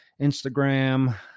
Instagram